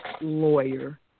lawyer